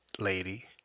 lady